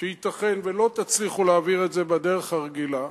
שייתכן שלא תצליחו להעביר את זה בדרך הרגילה,